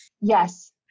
Yes